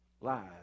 lies